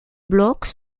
blocs